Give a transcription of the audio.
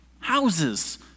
Houses